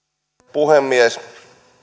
puhemies